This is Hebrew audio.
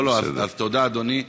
תודה, אדוני.